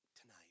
tonight